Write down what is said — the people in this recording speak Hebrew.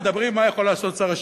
כאן אומרים מה יכול לעשות שר השיכון.